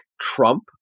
Trump